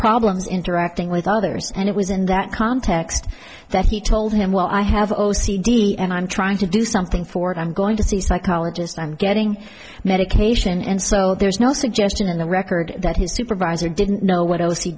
problems interacting with others and it was in that context that he told him well i have all c d and i'm trying to do something for it i'm going to see psychologist i'm getting medication and so there's no suggestion in the record that his supervisor didn't know what